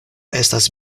estas